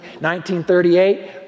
1938